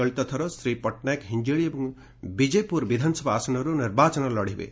ଚଳିତଥର ଶ୍ରୀ ପଟ୍ଟନାୟକ ହିଞ୍ଞିଳି ଏବଂ ବିଜେପୁର ବିଧାନସଭା ଆସନରୁ ନିର୍ବାଚନ ଲଢ଼ିବେ